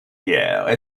pierre